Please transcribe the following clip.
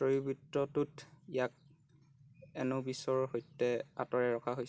ত্ৰয়োবৃত্তটোত ইয়াক এনোবিছৰ সৈতে আঁতৰাই ৰখা হয়